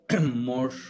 more